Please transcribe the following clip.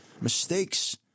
mistakes